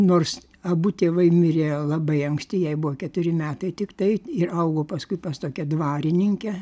nors abu tėvai mirė labai anksti jai buvo keturi metai tiktai ir augo paskui pas tokią dvarininkę